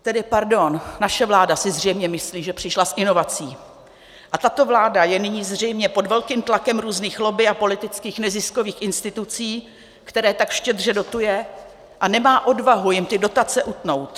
Tedy pardon, naše vláda si zřejmě myslí, že přišla s inovací, a tato vláda je nyní zřejmě pod velkým tlakem různých lobby a politických neziskových institucí, které tak štědře dotuje, a nemá odvahu jim ty dotace utnout.